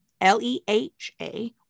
L-E-H-A